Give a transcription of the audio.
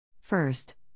First